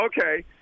Okay